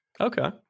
Okay